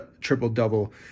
triple-double